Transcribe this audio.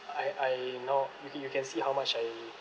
I I know you can you can see how much I